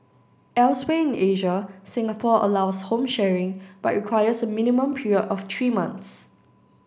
elsewhere in Asia Singapore allows home sharing but requires a minimum period of three months